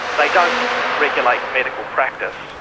they don't regulate medical practice,